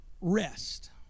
rest